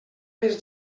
més